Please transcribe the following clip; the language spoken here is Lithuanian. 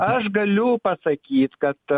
aš galiu pasakyt kad